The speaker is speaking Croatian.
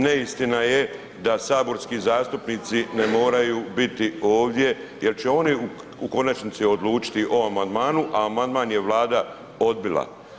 Neistina je da saborski zastupnici ne moraju biti ovdje jel će oni u konačnici odlučiti o amandmanu, a amandman je Vlada odbila.